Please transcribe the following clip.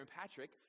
Patrick